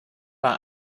bei